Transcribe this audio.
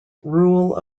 rule